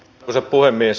arvoisa puhemies